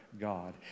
God